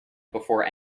before